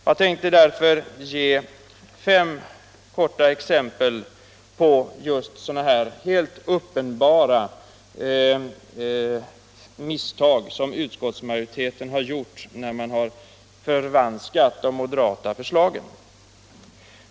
Jag tänker därför ge fem korta exempel på just sådana här helt uppenbara misstag som utskottsmajoriteten gjort när man förvanskat de moderata förslagen.